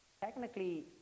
technically